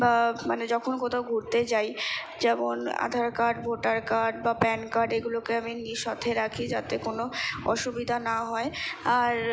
বা মানে যখন কোথাও ঘুরতে যাই যেমন আধার কার্ড ভোটার কার্ড বা প্যান কার্ড এগুলোকে আমি নিই সাথে রাখি যাতে কোনো অসুবিধা না হয় আর